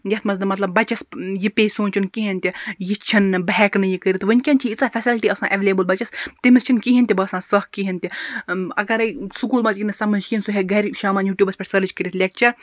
یتھ مَنٛز نہٕ مَطلَب بَچَس یہِ پیٚیہِ سونٛچُن کِہیٖنۍ تہِ یہِ چھ نہٕ بہٕ ہیٚکہٕ نہٕ کٔرِتھ ونکیٚن چھ ییٖژاہ فیسَلٹی آسان ایٚولیبٕل بَچَس تٔمِس چھنہٕ کِہیٖنۍ تہِ باسان سَکھ کِہیٖنۍ تہِ اَگَرے سُکوٗل مَنٛز یِیہِ نہٕ سمجھ کِہیٖنۍ سُہ ہیٚکہِ گَرِ شامَن یوٗٹیوبَس پٮ۪ٹھ سٔرٕچ کٔرِتھ لیٚکچر